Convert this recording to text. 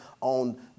on